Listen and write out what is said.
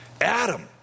Adam